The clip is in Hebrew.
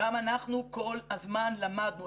גם אנחנו כל הזמן למדנו.